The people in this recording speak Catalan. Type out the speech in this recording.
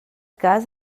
cas